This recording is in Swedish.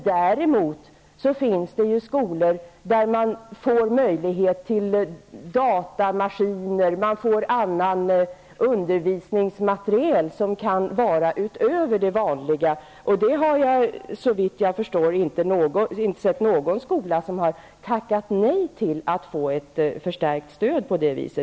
Däremot finns det skolor där man får tillgång till datorer och annan undervisningsmateriel utöver det vanliga. Jag har inte sett att någon sådan skola har tackat nej till ett förstärkt stöd.